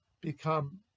become